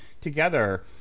together